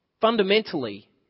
fundamentally